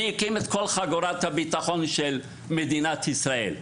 מי הקים את כל חגורת הביטחון ההתיישבותית של מדינת ישראל?